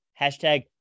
hashtag